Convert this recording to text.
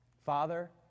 Father